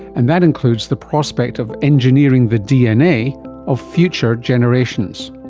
and that includes the prospect of engineering the dna of future generations.